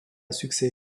succès